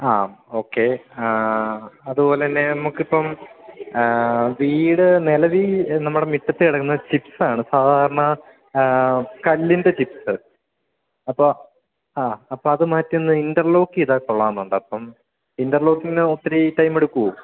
ആ ഓക്കേ അതുപോലെതന്നെ നമുക്കിപ്പം വീട് നിലവില് നമ്മുടെ മുറ്റത്തുകിടക്കുന്നത് ചിപ്സാണ് സാധാരണ കല്ലിൻ്റെ ചിപ്സ് അപ്പോള് ആ അപ്പോള് അത് മാറ്റിയൊന്ന് ഇൻ്റർലോക്ക് ചെയ്താല് കൊള്ളാമെന്നുണ്ട് അപ്പം ഇൻ്റർലോക്കിന് ഒത്തിരി ടൈമെടുക്കുമോ